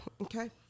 okay